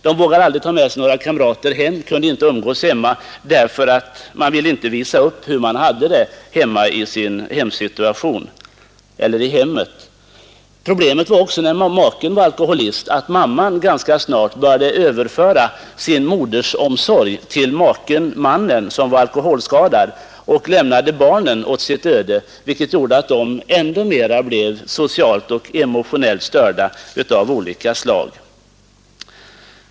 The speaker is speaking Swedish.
De vågade aldrig ta med sig några kamrater hem; de kunde inte umgås hemma, eftersom de inte ville visa upp hur de hade det i hemmet. Problemet var också, när fadern var alkoholist, att mamman ganska snart började överföra sin modersomsorg till den alkoholskadade mannen och lämnade barnen åt deras öde, vilket gjorde att de ännu mera blev socialt och emotionellt störda på olika sätt.